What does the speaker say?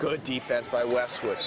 good defense by westwood